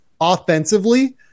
offensively